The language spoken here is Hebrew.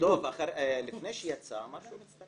גם דב לפני שיצא אמר שהוא מצטרף.